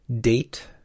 date